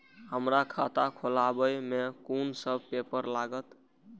हमरा खाता खोलाबई में कुन सब पेपर लागत?